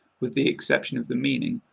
with the exception of the meaning,